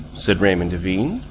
said raymond devine,